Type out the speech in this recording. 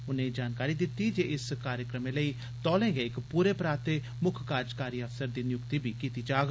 उनें जानकारी दित्ती जे इस कार्यक्रमै लेई तौले गै इक पूरे पराते मुक्ख कार्जकारी अफसर दी नियुक्ति बी कीती जाग